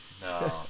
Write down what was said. No